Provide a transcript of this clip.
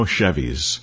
Chevys